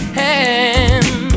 hand